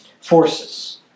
forces